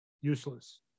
useless